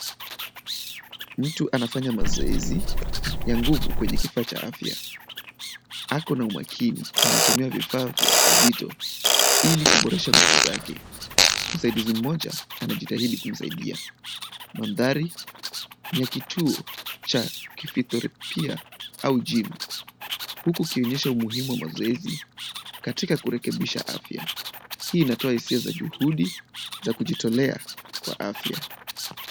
Mtu anafanya mazoezi ya nguvu kwenye kifaa cha afya. Ako na umakini na anatumia vifaa vya uzito ili kuboresha nguvu zake. Msaidizi mmoja anajitahidi kumsaidia. Mandhari ni ya kituo cha kifitropia au gym huku ikionyesha umuhimu wa mazoezi katika kurekebisha afya. Hii inatoa hisia za juhudi za kujitolea kwa afya.